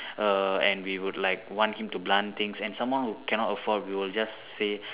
err and we would like want him to belan things and someone who couldn't afford we would just say